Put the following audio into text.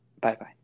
Bye-bye